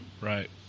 Right